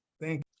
thank